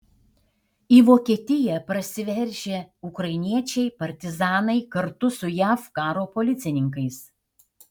į vokietiją prasiveržę ukrainiečiai partizanai kartu su jav karo policininkais